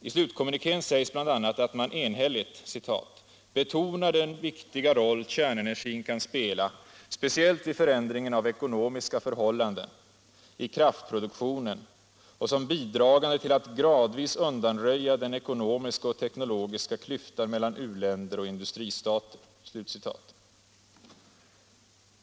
I slutkommunikén sägs bl.a. att man enhälligt ”betonar den viktiga roll kärnenergin kan spela, speciellt vid förändringen av ekonomiska förhållanden, i kraftproduktionen och som bidragande till att gradvis undanröja den ekonomiska och teknologiska klyftan mellan u-länder och industristater”.